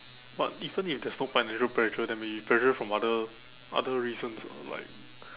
but even if there's no financial pressure there may be pressure from other other reasons ah like